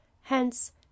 HENCE